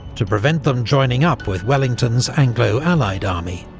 to prevent them joining up with wellington's anglo-allied army.